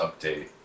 update